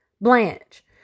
Blanche